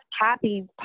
happy